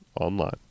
online